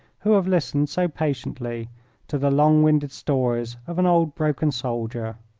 who have listened so patiently to the long-winded stories of an old broken soldier.